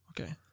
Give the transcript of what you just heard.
Okay